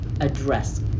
address